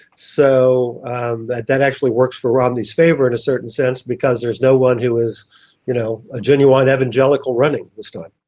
so that actually works for romney's favour in a certain sense, because there's no one who is you know a genuine evangelical running this time.